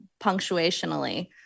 punctuationally